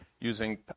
using